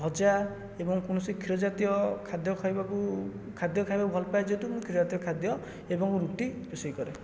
ଭଜା ଏବଂ କୌଣସି କ୍ଷୀର ଜାତୀୟ ଖାଦ୍ୟ ଖାଇବାକୁ ଖାଦ୍ୟ ଖାଇବାକୁ ଭଲ ପାଏ ଯେହେତୁ ମୁଁ କ୍ଷୀର ଜାତୀୟ ଖାଦ୍ୟ ଏବଂ ରୁଟି ରୁଷେଇ କରେ